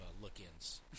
Look-ins